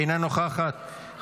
אינה נוכחת,